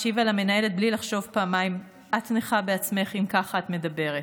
השיבה למנהלת בלי לחשוב פעמיים: את נכה בעצמך אם ככה את מדברת,